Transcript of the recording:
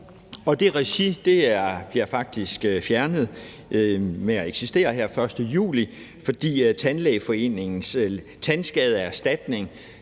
Det regi ophører faktisk med at eksistere her den 1. juli, fordi Tandlægeforeningens Tandskadeerstatnings